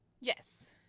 Yes